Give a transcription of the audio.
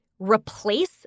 replace